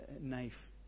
knife